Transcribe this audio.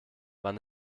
wann